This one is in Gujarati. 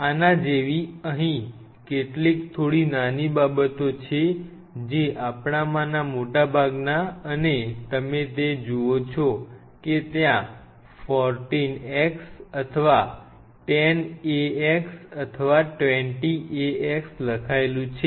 આના જેવી અહીં કેટલીક થોડી નાની બાબતો છે જે આપણામાંના મોટા ભાગના અને તમે તે જુઓ છો કે ત્યાં 40 x અથવા 10 a x અથવા 20 a x લખાયેલું છે